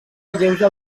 alleuja